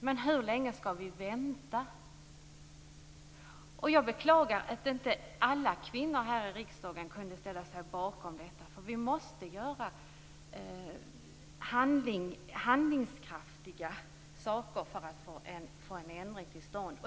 Men hur länge skall vi vänta? Jag beklagar att inte alla kvinnor här i riksdagen kunde ställa sig bakom detta. Vi måste göra handlingskraftiga saker för att få en ändring till stånd.